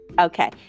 okay